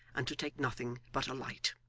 and to take nothing but a light.